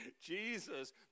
Jesus